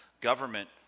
government